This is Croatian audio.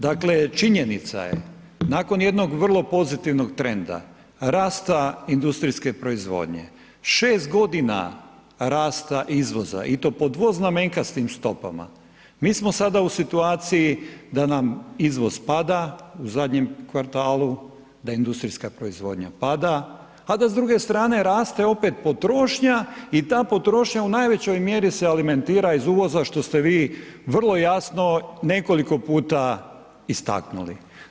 Dakle, činjenica je, nakon jednog vrlo pozitivnog trenda rasta industrijske proizvodnje, 6.g. rasta izvoza i to po dvoznamenkastim stopama, mi smo sada u situaciji da nam izvoz pada u zadnjem kvartalu, da industrijska proizvodnja pada, a da s druge strane raste opet potrošnja i ta potrošnja u najvećoj mjeri se alimentira iz uvoza, što ste vi vrlo jasno nekoliko puta istaknuli.